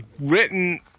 written